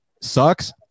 sucks